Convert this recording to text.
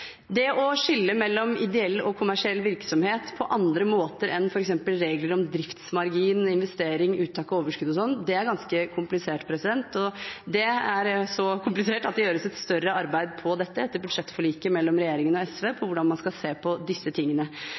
Det å skille mellom ideell og kommersiell virksomhet på andre måter enn f.eks. ved regler om driftsmargin, investering, uttak og overskudd og slikt er ganske komplisert. Det er så komplisert at det gjøres et større arbeid med dette etter budsjettforliket mellom regjeringen og SV, med tanke på hvordan man skal se på disse tingene.